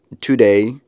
today